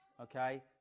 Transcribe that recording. Okay